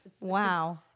Wow